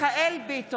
אחרי שנתיים של הפגנות